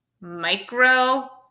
micro